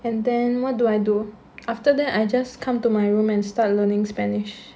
and then what do I do after that I just come to my room and start learning spanish